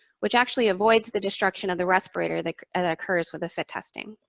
which actually avoids the destruction of the respirator that ah that occurs with a fit testing.